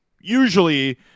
usually